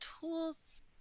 tools